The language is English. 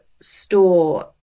store